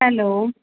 hello